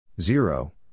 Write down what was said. Zero